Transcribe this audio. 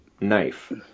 knife